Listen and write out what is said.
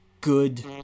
good